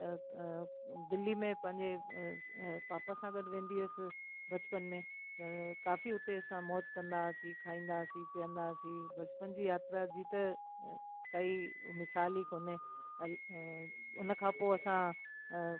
त दिल्ली में पंहिंजे पापा सां गॾु वेंदी हुअसि बचपन में त काफी हुते असां मौज कंदा हुआसीं खाईंदा हुआसीं पीअंदा हुआसीं बचपन जी यात्रा जी त काई मिसाल ई कोन्हे उनखां पोइ असां